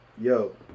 yo